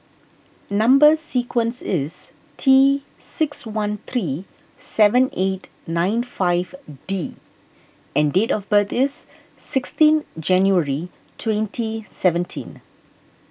Number Sequence is T six one three seven eight nine five D and date of birth is sixteen January twenty seventeen